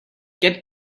get